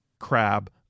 crab